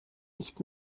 nicht